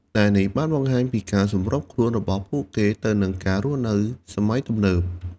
ដែលនេះបានបង្ហាញពីការសម្របខ្លួនរបស់ពួកគេទៅនឹងការរស់នៅសម័យទំនើប។